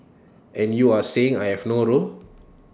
and you are saying I have no role